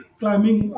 climbing